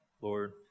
Lord